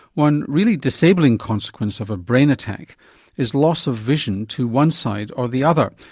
one really disabling consequence of a brain attack is loss of vision to one side or the other.